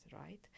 right